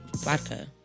Vodka